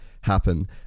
happen